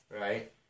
Right